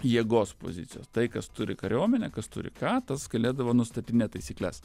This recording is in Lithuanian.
jėgos pozicijos tai kas turi kariuomenę kas turi ką tas galėdavo nustatinėt taisykles